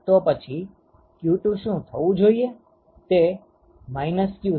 તો પછી q2 શુ થવું જોઈએ